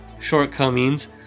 shortcomings